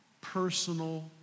personal